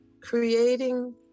creating